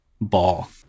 Ball